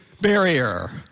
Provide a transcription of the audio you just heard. barrier